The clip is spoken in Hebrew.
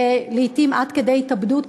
לעתים עד כדי התאבדות,